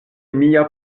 mia